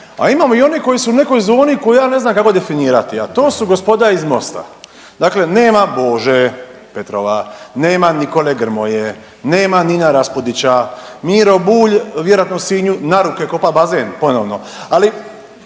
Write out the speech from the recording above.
a imamo i one koji su u nekoj zoni koju ja ne znam kako definirati, a to su gospoda iz Mosta. Dakle, nema Bože Petrova, nema ni kolege Grmoje, nema Nina Raspudića, Miro Bulj vjerojatno u Sinju na ruke kopa bazen ponovno, ali